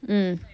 mm